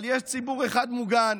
אבל יש ציבור אחד מוגן,